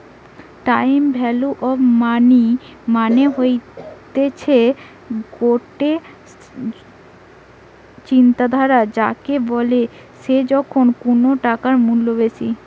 time value of money মানে হতিছে গটে চিন্তাধারা যাকে বলে যে এখন কুনু টাকার মূল্য বেশি